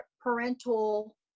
parental